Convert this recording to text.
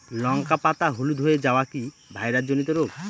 লঙ্কা পাতা হলুদ হয়ে যাওয়া কি ভাইরাস জনিত রোগ?